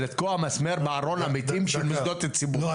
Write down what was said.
זה לתקוע מסמר בארון המתים של מוסדות הציבור,